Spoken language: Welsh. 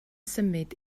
symud